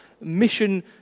mission